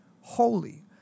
holy